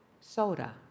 soda